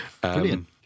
Brilliant